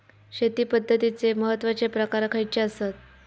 शेती पद्धतीचे महत्वाचे प्रकार खयचे आसत?